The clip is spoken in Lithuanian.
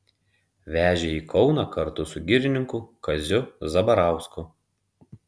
vežė į kauną kartu su girininku kaziu zabarausku